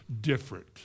different